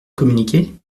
communiquer